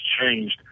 changed